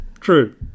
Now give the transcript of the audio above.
True